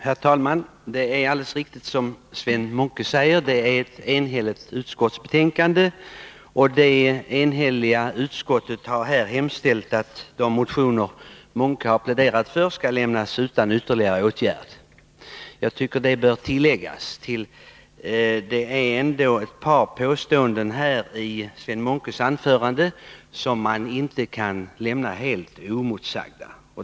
Herr talman! Det är alldeles riktigt, som Sven Munke säger, att det är ett enhälligt utskottsbetänkande. Det eniga utskottet har här hemställt att de motioner som Sven Munke har pläderat för skall lämnas utan ytterligare åtgärd. Jag tycker att det bör tilläggas. Det var ett par påståenden i Sven Munkes anförande som inte kan lämnas helt oemotsagda.